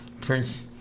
Prince